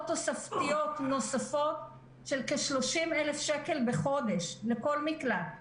תוספתיות נוספות של כ-30,000 שקלים בחודש לכל מקלט.